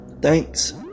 Thanks